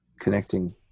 connecting